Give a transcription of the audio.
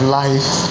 life